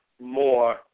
more